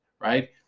right